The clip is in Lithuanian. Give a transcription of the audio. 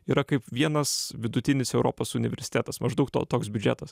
yra kaip vienas vidutinis europos universitetas maždaug to toks biudžetas